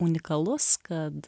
unikalus kad